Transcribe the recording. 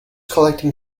collecting